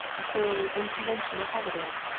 a thoroughly unconventional holiday.